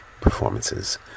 performances